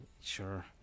sure